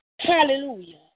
Hallelujah